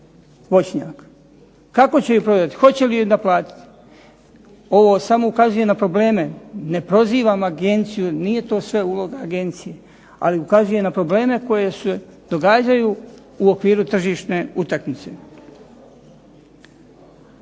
voćnjak? Kako će ju prodati, hoće li je naplatiti? Ovo samo ukazuje na probleme, ne prozivam agenciju, nije to sve uloga agencije. Ali, ukazuje na probleme koji se događaju u okviru tržišne utakmice.